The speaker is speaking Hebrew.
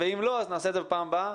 ואם לא נעשה את זה בפעם הבאה.